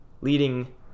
leading